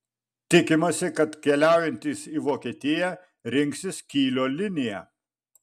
tikimasi kad keliaujantys į vokietiją rinksis kylio liniją